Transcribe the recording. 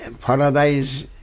Paradise